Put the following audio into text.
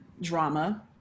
drama